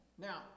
Now